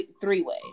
three-way